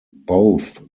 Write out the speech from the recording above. both